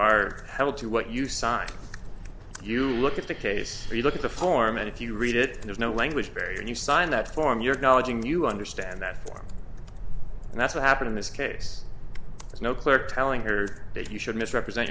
are held to what you sign you look at the case you look at the form and if you read it there's no language barrier you sign that form your knowledge and you understand that and that's what happened in this case there's no clerk telling her that you should misrepresent